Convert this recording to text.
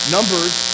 Numbers